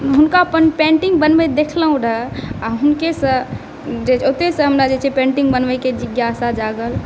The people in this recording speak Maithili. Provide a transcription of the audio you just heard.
हुनका पेनटिंग बनबैत देखलहुॅं रहय आ हुनकेसॅं जे ओ ओतहि सऽ हमरा पेनटिंग बनबै के जिज्ञासा जागल